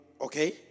Okay